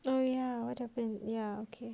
no ya what happen ya okay